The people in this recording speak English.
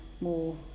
more